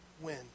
win